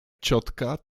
ciotka